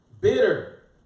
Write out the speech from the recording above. bitter